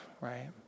right